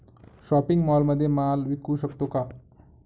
Shopping मॉलमध्ये माल विकू शकतो का?